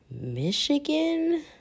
Michigan